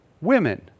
women